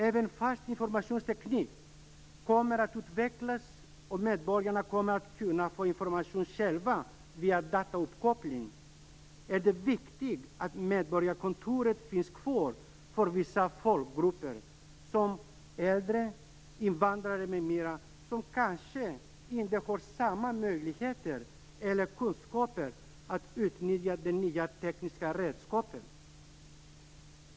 Även om informationstekniken kommer att utvecklas, och medborgarna kommer att kunna få information själva via datauppkoppling, är det viktigt att medborgarkontoren finns kvar för vissa folkgrupper. Det gäller äldre, invandrare och andra som kanske inte har möjligheter eller kunskap att utnyttja de nya tekniska redskapen.